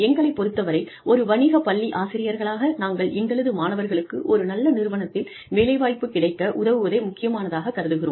எங்களைப் பொறுத்தவரை ஒரு வணிக பள்ளி ஆசிரியர்களாக நாங்கள் எங்களது மாணவர்களுக்கு ஒரு நல்ல நிறுவனத்தில் வேலை வாய்ப்பு கிடைக்க உதவுவதே முக்கியமானதாகக் கருதுகிறோம்